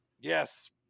Yes